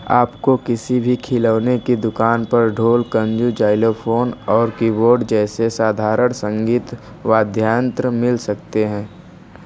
आप को किसी भी खिलौने की दुकान पर ढोल कनू ज़ाइलोफ़ोन और कीबोर्ड जैसे साधारण संगीत वाद्ययंत्र मिल सकते हैं